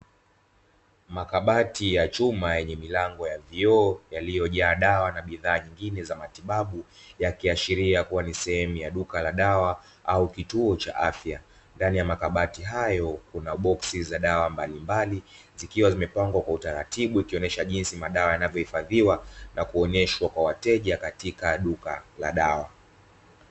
Makabati ya chuma yenye milango ya vioo, yaliyojaa dawa na bidhaa nyingine za matibabu, yakiashiria kuwa ni sehemu ya duka la dawa au kituo cha afya, ndani ya makabati hayo kuna boksi za dawa mbalimbali, zikiwa zimepangwa kwa utaratibu, zikionyesha jinsi madawa yanavyohifadhiwa, na kuonyeshwa kwa wateja katika duka la dawa.